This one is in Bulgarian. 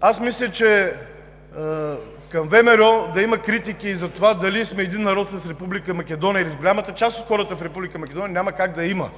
аз мисля, че към ВМРО да има критики за това дали сме един народ с Република Македония, или с голямата част от хората в Република Македония, няма как да има.